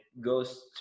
goes